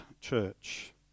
church